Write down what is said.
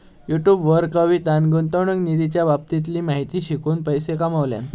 YouTube वर कवितान गुंतवणूक निधीच्या बाबतीतली माहिती शिकवून पैशे कमावल्यान